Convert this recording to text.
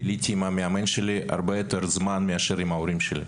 ביליתי עם המאמן שלי הרבה יותר זמן מאשר עם ההורים שלי.